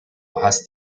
hast